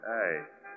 Hey